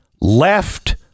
left